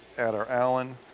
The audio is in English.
add our allen.